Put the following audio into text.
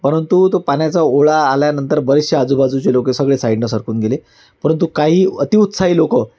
परंतु तो पाण्याचा ओढा आल्यानंतर बरेचसे आजूबाजूचे लोक सगळे साईडनं सरकून गेले परंतु काही अतिउत्साही लोकं